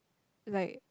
like